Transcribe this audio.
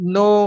no